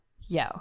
Yo